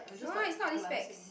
no lah is not this specs